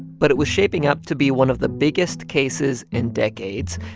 but it was shaping up to be one of the biggest cases in decades,